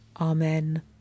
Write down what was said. Amen